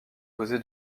posée